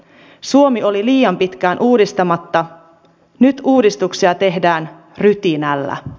suomi oli liian pitkään uudistamatta nyt uudistuksia tehdään rytinällä